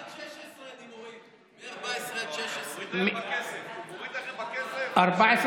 עד 16 אני מוריד, מ-14 עד 16. הוריד